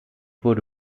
wurde